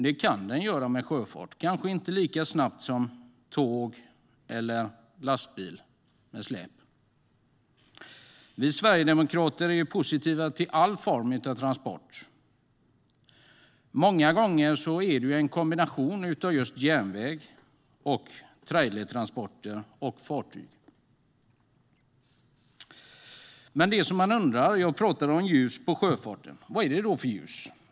Det kan den göra med sjöfart. Det går kanske inte lika snabbt som med tåg eller lastbil med släp. Vi sverigedemokrater är positiva till alla former av transporter. Många gånger handlar det om en kombination av järnväg, trailertransporter och fartyg. Jag talade om att det har riktats ljus på sjöfarten. Vad är det för ljus?